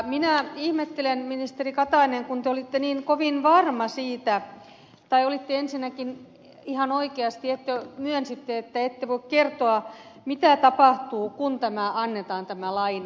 minä ihmettelen ministeri katainen kun te olitte niin kovin varma siitä tai ensinnäkin ihan oikeasti myönsitte että ette voi kertoa mitä tapahtuu kun annetaan tämä laina